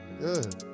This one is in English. Good